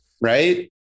right